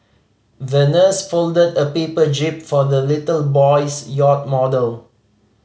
the nurse folded a paper jib for the little boy's yacht model